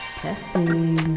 testing